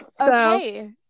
Okay